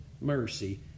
mercy